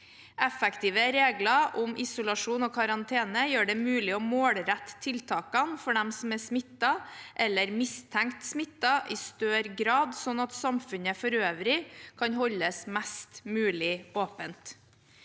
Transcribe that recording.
Effektive regler om isolasjon og karantene gjør det mulig å målrette tiltakene for dem som er smittet eller mistenkt smittet i større grad, slik at samfunnet for øvrig kan holdes mest mulig åpent.